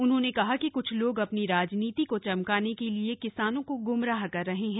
उन्होंने कहा कि कुछ लोग अपनी राजनीति को चमकाने के लिए किसानों को ग्रमराह कर रहे हैं